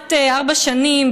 כמעט ארבע שנים,